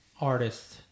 artist